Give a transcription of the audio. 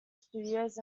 studios